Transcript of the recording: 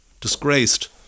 disgraced